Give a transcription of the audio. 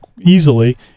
easily